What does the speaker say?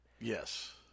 yes